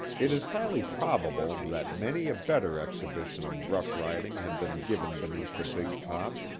it is highly probable that many a better exhibition of rough-riding had been given beneath the big top,